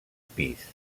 pis